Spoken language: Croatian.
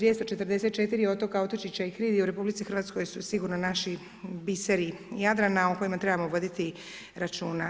1.244 otoka, otočića i hridi u RH su sigurno naši biseri Jadrana o kojima trebamo voditi računa.